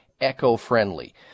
eco-friendly